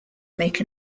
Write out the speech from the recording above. make